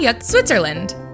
switzerland